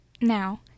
Now